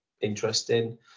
interesting